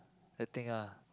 the thing ah